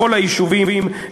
בכל היישובים,